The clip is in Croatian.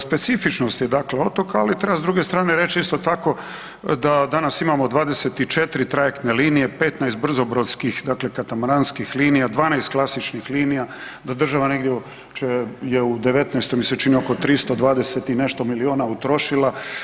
Specifičnost je dakle otoka ali treba s druge strane reći isto tako da danas imamo 24 trajektne linije, 5 brzo brodskih, dakle katamaranskih linija, 12 klasičnih linija, da država je u 2019. mi se čini oko 320 milijuna utrošila.